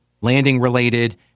landing-related